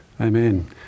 Amen